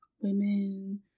women